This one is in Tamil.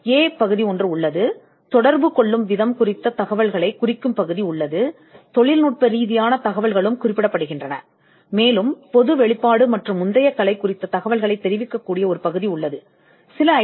இது ஒரு பகுதியைக் கொண்டுள்ளது இது தொடர்புத் தகவல் குறிப்பிடப்பட்ட ஒரு பகுதி தொழில்நுட்ப தகவல்கள் குறிப்பிடப்பட்டுள்ளது பொது வெளிப்பாடு மற்றும் முந்தைய கலை குறிப்பிடப்பட்ட ஒரு பகுதி மற்றும் சில ஐ